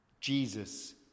Jesus